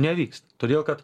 nevyks todėl kad